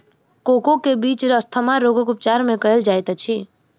cocoa के बीज asthma रोगक उपचार मे कयल जाइत अछि